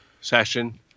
session